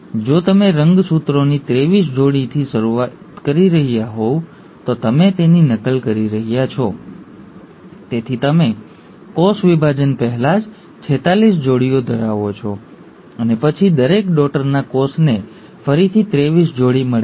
જો તમે રંગસૂત્રોની ત્રેવીસ જોડીથી શરૂઆત કરી રહ્યા હોવ તો તમે તેની નકલ કરી રહ્યા છો તેથી તમે કોષવિભાજન પહેલાં જ 46 જોડી ધરાવો છો અને પછી દરેક ડૉટરના કોષને ફરીથી ત્રેવીસ જોડી મળે છે